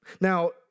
Now